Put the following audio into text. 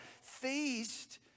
feast